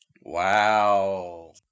Wow